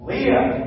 Leah